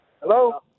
Hello